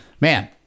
man